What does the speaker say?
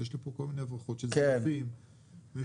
בעצם המענה לפערים האלה זה